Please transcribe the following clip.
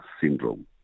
syndrome